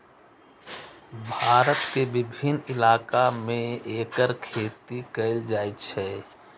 भारत के विभिन्न इलाका मे एकर खेती कैल जाइ छै